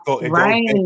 Right